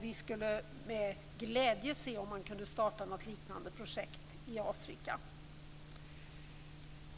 Vi skulle med glädje se att man kunde starta något liknande projekt i Afrika.